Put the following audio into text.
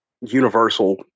universal